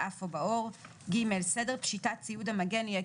באף או בעור; סדר פשיטת ציוד המגן יהיה